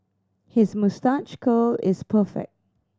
his moustache curl is perfect